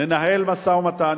ננהל משא-ומתן,